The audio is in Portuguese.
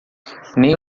nem